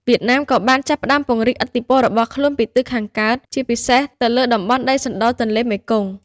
វៀតណាម ក៏បានចាប់ផ្តើមពង្រីកឥទ្ធិពលរបស់ខ្លួនពីទិសខាងកើត ជាពិសេសទៅលើតំបន់ដីសណ្ដទន្លេមេគង្គ ។